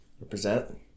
Represent